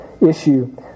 issue